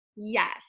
Yes